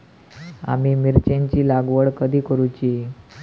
आम्ही मिरचेंची लागवड कधी करूची?